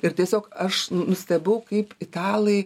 ir tiesiog aš n nustebau kaip italai